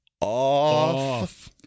off